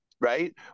right